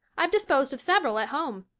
i've disposed of several at home.